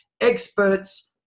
Experts